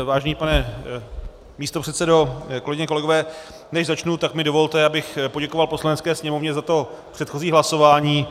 Vážený pane místopředsedo, kolegyně, kolegové, než začnou, tak mi dovolte, abych poděkoval Poslanecké sněmovně za to předchozí hlasování.